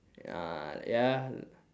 ya ya